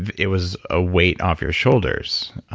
and it was a weight off your shoulders.